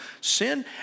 sin